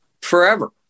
forever